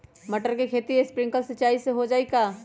मटर के खेती स्प्रिंकलर सिंचाई से हो जाई का?